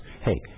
hey